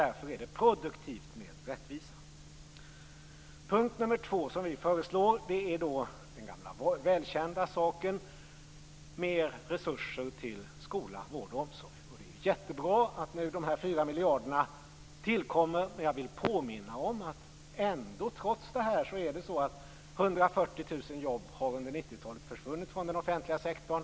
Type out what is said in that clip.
Därför är det produktivt med rättvisan. Den andra punkt som vi föreslår är den gamla välkända saken: Mer resurser till skolan, vården och omsorgen. Det är jättebra att 4 miljarder tillkommer. Jag vill påminna om att det trots detta försvunnit 140 000 jobb netto under 90-talet från den offentliga sektorn.